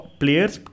players